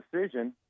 decision